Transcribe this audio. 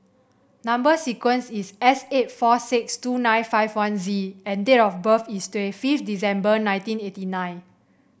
number sequence is S eight four six two nine five one Z and date of birth is twenty fifth December nineteen eighty nine